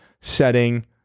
setting